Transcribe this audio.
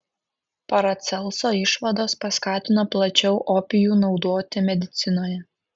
paracelso išvados paskatino plačiau opijų naudoti medicinoje